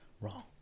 wrong